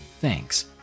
Thanks